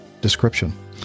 description